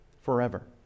forever